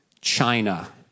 China